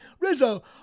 Rizzo